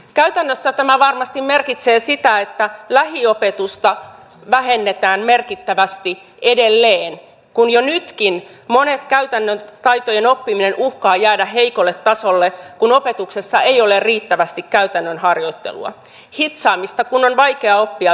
käytännössä tämä varmasti merkitsee sitä että lähiopetusta vähennetään merkittävästi edelleen kun jo nytkin monien käytännön taitojen oppiminen uhkaa jäädä heikolle tasolle kun opetuksessa ei ole riittävästi käytännön harjoittelua hitsaamista kun on vaikea oppia videolta